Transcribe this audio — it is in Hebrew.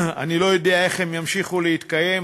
אני לא יודע איך הם ימשיכו להתקיים,